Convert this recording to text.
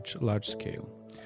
large-scale